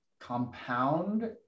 compound